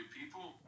people